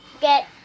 get